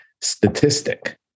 statistic